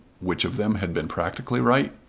which of them had been practically right?